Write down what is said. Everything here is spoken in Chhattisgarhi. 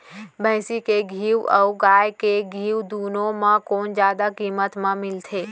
भैंसी के घीव अऊ गाय के घीव दूनो म कोन जादा किम्मत म मिलथे?